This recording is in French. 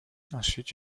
ensuite